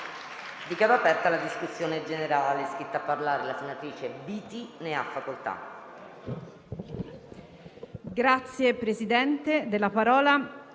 Dichiaro aperta la discussione. È iscritta a parlare la senatrice Biti. Ne ha facoltà.